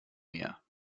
meer